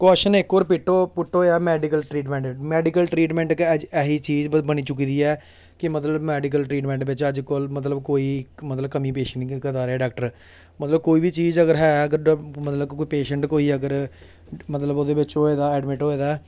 question इक होर पिट्टो पुट्ट होएआ मैडिकल ट्रीटमैंट मैडिकल ट्रीटमैंट गै अज्ज ऐही चीज बनी चुकी दी ऐ कि मतलब मैडिकल ट्रीटमैंट बिच्च अज्जकल मतलब कोई मतलब कमी पेशी निं करी सकदा ऐ डाक्टर मतलब कोई बी चीज अगर है अगर मतलब कोई पेशैंट कोई अगर मतलब ओह्दे बिच्च होए दा ऐडमिट होए दा ऐ